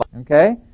Okay